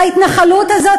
ההתנחלות הזאת,